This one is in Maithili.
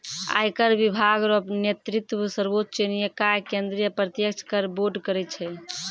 आयकर विभाग रो नेतृत्व सर्वोच्च निकाय केंद्रीय प्रत्यक्ष कर बोर्ड करै छै